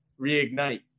reignite